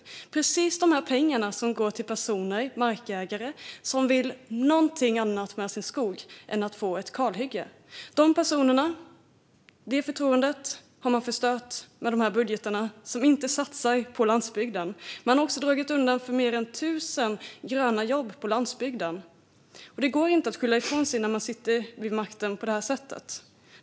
Det handlar om de pengar som går till markägare som vill något annat med sin skog än att få ett kalhygge. Detta förtroende har man förstört med en budget där man inte satsar på landsbygden. Man tar också bort fler än tusen gröna jobb på landsbygden. Det går inte att skylla ifrån sig på detta sätt när man sitter vid makten.